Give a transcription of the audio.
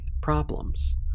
problems